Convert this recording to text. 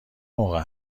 موقع